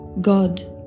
God